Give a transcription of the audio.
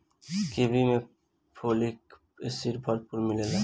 kiwi में folic acid भरपूर मिलेला